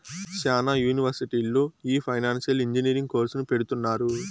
శ్యానా యూనివర్సిటీల్లో ఈ ఫైనాన్సియల్ ఇంజనీరింగ్ కోర్సును పెడుతున్నారు